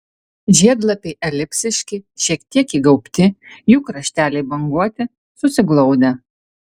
žiedlapiai elipsiški šiek tiek įgaubti jų krašteliai banguoti susiglaudę